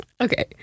Okay